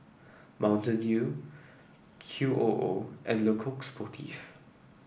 Mountain Dew Q O O and Coq Sportif